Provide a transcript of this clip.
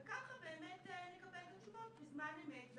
וכך באמת נקבל את התשובות בזמן אמת,